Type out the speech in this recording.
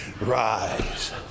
rise